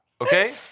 Okay